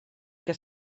que